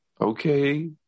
Okay